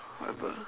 whatever